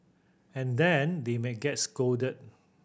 and then they may get scolded